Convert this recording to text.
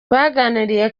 baganiriye